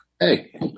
hey